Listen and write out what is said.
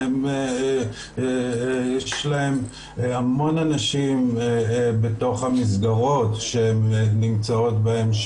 יש להן המון אנשים בתוך המסגרות שהן נמצאות בהן,